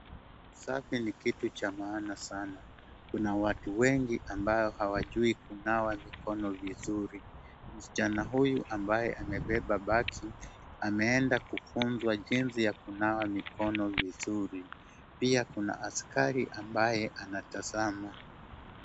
Usafi ni kitu cha maana sana. Kuna watu wengi ambao hawajui kunawa mikono vizuri. Msichana huyu ambaye amebeba begi ameenda kufunzwa jinsi ya kunawa mikono vizuri. Pia kuna askari ambaye anatazama.